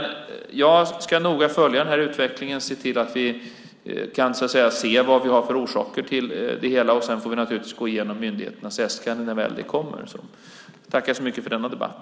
Jag ska noga följa den här utvecklingen och se till att vi kan få reda på vad vi har för orsaker till det hela. Sedan får vi naturligtvis gå igenom myndighetens äskande när det väl kommer. Jag tackar så mycket för denna debatt.